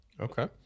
Okay